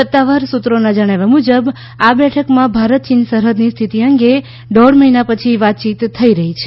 સત્તાવાર સૂત્રોના જણાવ્યા મુજબ આ બેઠકમાં ભારત ચીન સરહદની સ્થિતિ અંગે દોઢ મહિના પછી વાતચીત થઈ રહી છે